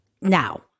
now-